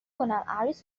کنم، عروس